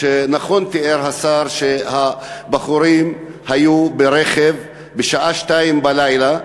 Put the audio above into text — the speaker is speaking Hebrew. שנכון תיאר השר שהבחורים היו ברכב בשעה 02:00,